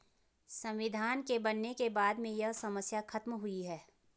संविधान के बनने के बाद में यह समस्या खत्म हुई है